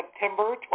September